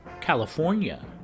California